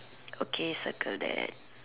okay circle that